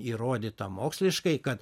įrodyta moksliškai kad